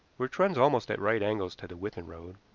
which runs almost at right angles to the withan road.